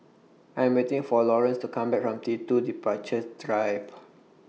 I'm waiting For Laurance to Come Back from T two Departures Drive